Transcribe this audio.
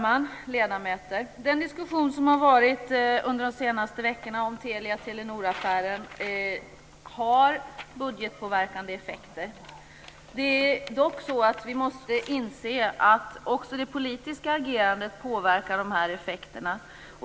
Fru talman och ledamöter! Den diskussion som har varit under de senaste veckorna om Telia-Telenor-affären har budgetpåverkande effekter. Vi måste inse att också det politiska agerandet påverkar effekterna.